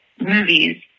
movies